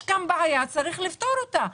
יש פה בעיה, צריך לפתור אותה.